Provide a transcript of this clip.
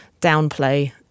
downplay